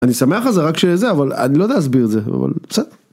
אני שמח זה רק שזה אבל אני לא יודע להסביר את זה.